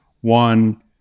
one